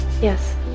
Yes